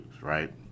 right